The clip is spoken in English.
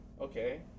Okay